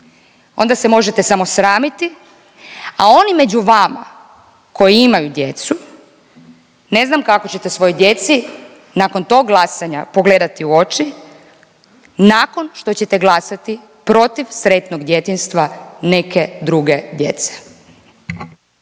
onda se možete samo sramiti. A oni među vama koji imaju djecu ne znam kako ćete svojoj djeci nakon tog glasanja pogledati u oči, nakon što ćete glasati protiv sretnog djetinjstva neke druge djece.